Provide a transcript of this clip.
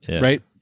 right